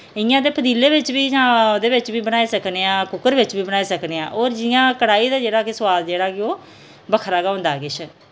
इ'यां ते पतीले बिच बी जां उदे बिच बी बनाई सकने आं कुक्कर बिच बी बनाई सकने आं और जि'यां कड़ाही दा जेह्ड़ा के सुआद जेह्ड़ा कि ओह् बक्खरा गै होंदा किश